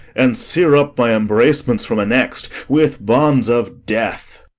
and sear up my embracements from a next with bonds of death!